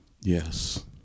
Yes